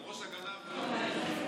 ועל ראש הגנב בוער הכובע.